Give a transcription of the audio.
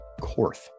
Korth